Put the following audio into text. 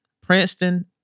Princeton